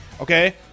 okay